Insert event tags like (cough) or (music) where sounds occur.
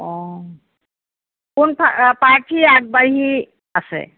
অঁ কোন (unintelligible) প্ৰাৰ্থী আগবাঢ়ি আছে